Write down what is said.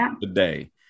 today